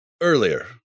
Earlier